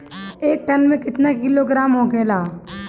एक टन मे केतना किलोग्राम होखेला?